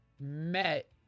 met